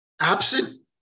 absent